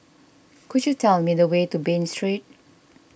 could you tell me the way to Bain Street